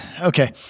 Okay